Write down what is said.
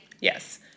Yes